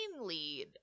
lead